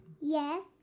Yes